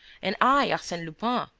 and i arsene lupin,